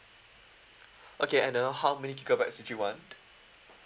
okay and uh how many gigabyte did you want